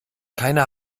keiner